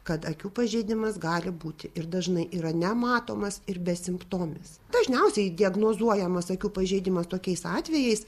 kad akių pažeidimas gali būti ir dažnai yra nematomas ir besimptomis dažniausiai diagnozuojamas akių pažeidimas tokiais atvejais